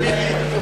כן.